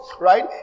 Right